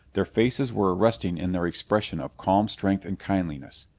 their faces were arresting in their expression of calm strength and kindliness.